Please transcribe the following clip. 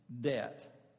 debt